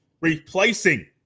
replacing